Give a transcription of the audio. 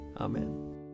Amen